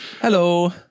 Hello